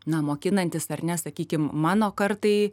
na mokinantis ar ne sakykim mano kartai